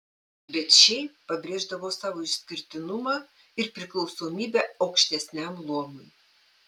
bet šiaip pabrėždavo savo išskirtinumą ir priklausomybę aukštesniam luomui